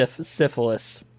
syphilis